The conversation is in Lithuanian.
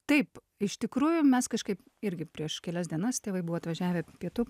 taip iš tikrųjų mes kažkaip irgi prieš kelias dienas tėvai buvo atvažiavę pietų